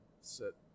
sit